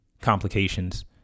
complications